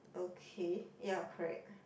okay ya correct